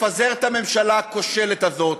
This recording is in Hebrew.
תפזר את הממשלה הכושלת הזאת,